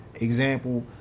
example